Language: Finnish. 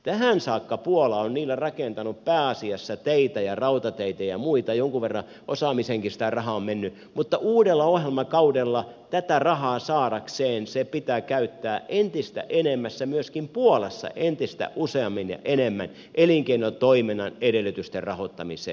tähän saakka puola on niillä rakentanut pääasiassa teitä ja rautateitä ja muita jonkun verran osaamiseenkin sitä rahaa on mennyt mutta uudella ohjelmakaudella tätä rahaa saadakseen sitä pitää käyttää myöskin puolassa entistä enemmässä entistä useammin ja enemmän elinkeinotoiminnan edellytysten rahoittamiseen